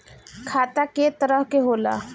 खाता क तरह के होला?